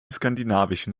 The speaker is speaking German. skandinavischen